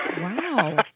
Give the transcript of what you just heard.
Wow